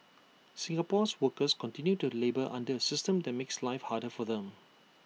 Singapore's workers continue to labour under A system that makes life harder for them